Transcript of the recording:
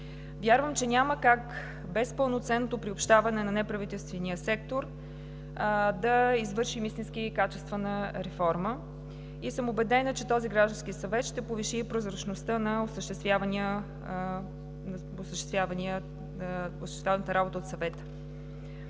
Вярвам, че няма как без пълноценното приобщаване на неправителствения сектор да извършим истински качествена реформа и съм убедена, че този граждански съвет ще повиши и прозрачността на осъществената работа от Съвета.